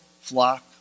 flock